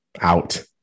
out